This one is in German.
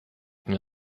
mir